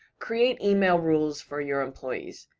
create email rules for your employees.